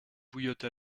bouillotte